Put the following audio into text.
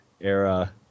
era